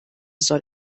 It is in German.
soll